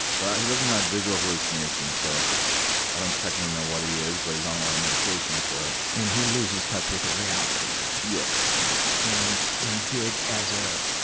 but he doesn't have visual hallucinations, so i don't technically know what he is but he's on a lot of medication for it. and he loses touch with reality, though. yeah. yeah. and and did as a